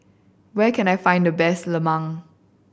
where can I find the best lemang